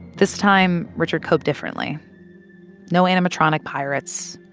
this time, richard coped differently no animatronic pirates,